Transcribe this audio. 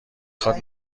خواد